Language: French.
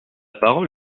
parole